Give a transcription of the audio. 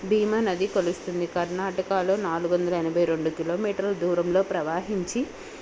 భీమా నది కలుస్తుంది కర్ణాటకలో నాలుగు వందల ఎనభై రెండు కిలోమీటర్ల దూరంలో ప్రవహించి